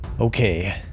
Okay